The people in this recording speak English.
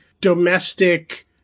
domestic